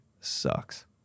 Sucks